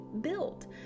built